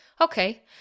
Okay